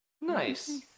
Nice